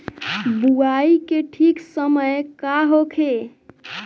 बुआई के ठीक समय का होखे?